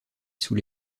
sous